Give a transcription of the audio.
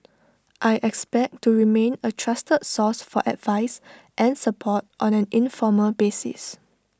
I expect to remain A trusted source for advice and support on an informal basis